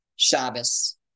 Shabbos